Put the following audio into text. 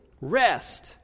rest